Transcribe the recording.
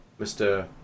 Mr